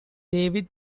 david